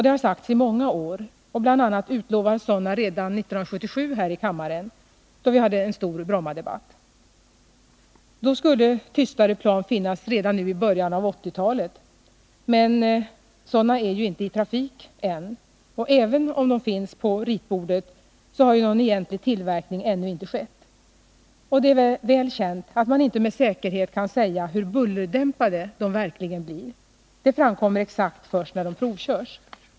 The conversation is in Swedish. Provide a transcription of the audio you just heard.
Det har sagts i många år, och bl.a. utlovades sådana redan 1977 här i kammaren, då vi hade en stor Brommadebatt. Då sades det att tystare plan skulle finnas redan nu i början av 1980-talet. Men sådana är ju inte i trafik ännu. Kanske de finns på ritbordet, men någon egentlig tillverkning har ännu inte skett. Och det är ganska väl känt att man inte med säkerhet kan säga hur bullerdämpade de verkligen blir. Det framkommer exakt först när de provkörs.